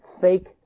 fake